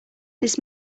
this